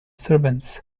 servants